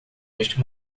neste